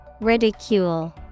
ridicule